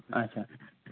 اچھا